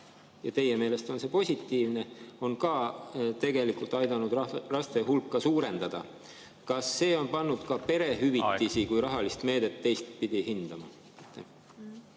ja teie meelest on see positiivne –, on tegelikult aidanud laste hulka suurendada? Kas see on pannud ka perehüvitisi kui rahalist meedet teistpidi hindama?